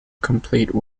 complete